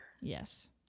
Yes